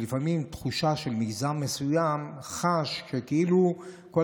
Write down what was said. לפעמים יש תחושה שמגזר מסוים חש כאילו כל